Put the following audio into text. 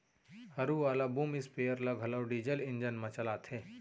हरू वाला boom sprayer ल घलौ डीजल इंजन म चलाथें